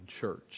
church